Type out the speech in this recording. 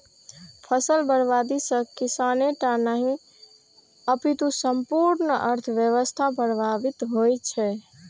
फसल बर्बादी सं किसाने टा नहि, अपितु संपूर्ण अर्थव्यवस्था प्रभावित होइ छै